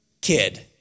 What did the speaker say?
kid